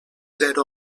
zero